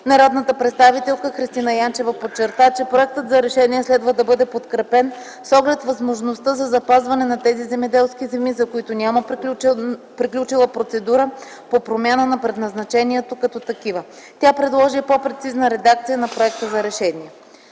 Народният представител Христина Янчева подчерта, че проектът за решение следва да бъде подкрепен, с оглед възможността за запазване на тези земеделски земи, за които няма приключила процедура по промяна на предназначението, като такива. Тя предложи и по-прецизна редакция на проекта за решение.